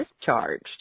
discharged